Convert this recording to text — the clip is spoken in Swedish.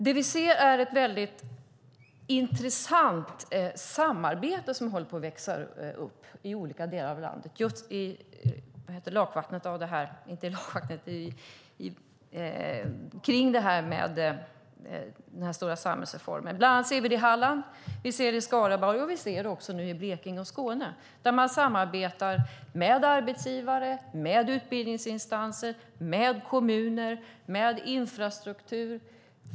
Det vi ser är ett väldigt intressant samarbete som håller på att växa upp i olika delar av landet kring den här stora samhällsreformen. Det ser vi bland annat i Halland, vi ser det i Skaraborg, och vi ser det i Blekinge och Skåne. Man samarbetar med arbetsgivare, med utbildningsinstanser, med kommuner och med infrastruktur.